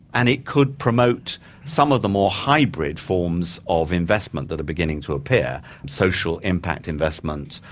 and it could promote some of the more hybrid forms of investment that are beginning to appear social impact investment,